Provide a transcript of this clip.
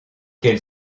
quel